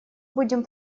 будем